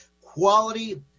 quality